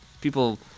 people